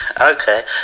Okay